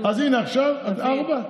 אז הינה, עכשיו את עם ארבעה?